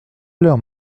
l’heure